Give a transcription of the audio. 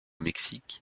mexique